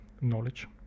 knowledge